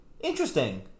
interesting